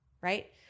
right